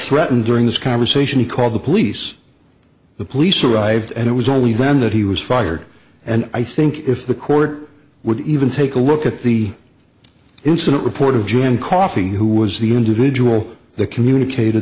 threatened during this conversation he called the police the police arrived and it was only then that he was fired and i think if the court would even take a look at the incident report of jim coffee who was the individual the communicat